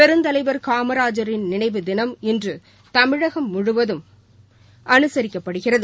பெருந்தலைவர் காமராஜரின் நினைவு தினம் இன்று தமிழகம் முழுவதும் அனுசிக்கப்படுகிறது